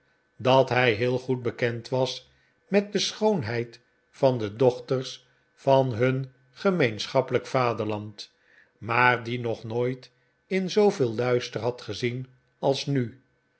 dat hij heel goed bekend was met de schoonheid van de dochters van hun gemeenschappelijk vaderland maar die nog nooit in zooveel luister had gezien als nu